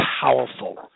powerful